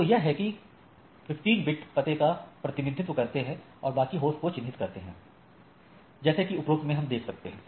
तो यह कि पहले 15 बिट पते का प्रतिनिधित्व करते हैं और बाकी होस्ट को चिन्हित करते हैं जैसे कि उपरोक्त में हम यह देख सकते हैं